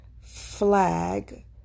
flag